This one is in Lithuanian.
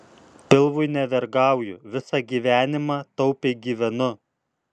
pilvui nevergauju visą gyvenimą taupiai gyvenu